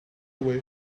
way